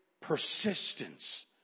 persistence